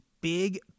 big